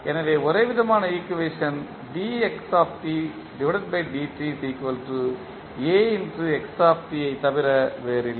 எனவே ஒரேவிதமான ஈக்குவேஷன் ஐத் தவிர வேறில்லை